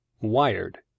Wired